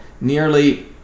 nearly